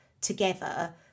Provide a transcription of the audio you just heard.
together